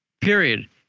period